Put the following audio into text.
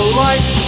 life